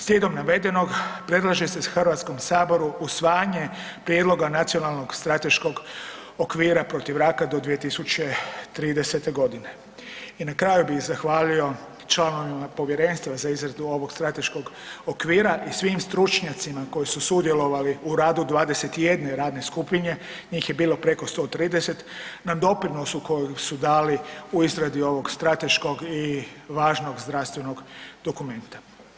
Slijedom navedenog predlaže se HS usvajanje prijedloga Nacionalnog strateškog okvira protiv raka do 2030.g. I na kraju bi zahvalio i članovima Povjerenstva za izradu ovog strateškog okvira i svim stručnjacima koji su sudjelovali u radu 21 radne skupine, njih je bilo preko 130, na doprinosu kojeg su dali u izradi ovog strateškog i važnog zdravstvenog dokumenta.